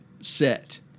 Set